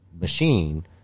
machine